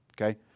okay